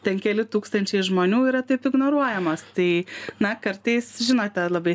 ten keli tūkstančiai žmonių yra taip ignoruojamos tai na kartais žinote labai